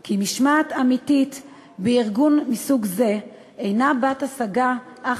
כי משמעת אמיתית בארגון מסוג זה אינה בת-השגה אך